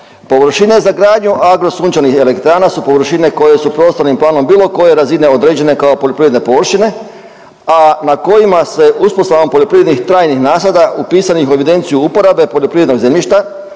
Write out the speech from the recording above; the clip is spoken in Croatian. Površine za gradnju agrosunčanih elektrana su površine koje su prostornim planom bilo koje razine određene kao poljoprivredne površine, a na kojima se uspostavom poljoprivrednih trajnih nasada upisanih u evidenciju uporabe poljoprivrednog zemljišta